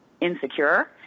insecure